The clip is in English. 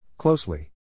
Closely